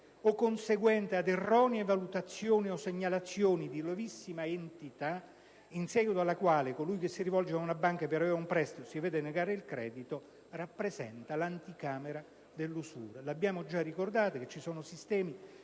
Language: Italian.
o conseguente ad erronee valutazioni o a segnalazioni di lievissima entità, in seguito alla quale colui che si rivolge ad una banca per avere un prestito si vede negare il credito, rappresenta l'anticamera dell'usura. Abbiamo già ricordato che ci sono sistemi